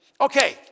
Okay